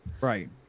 Right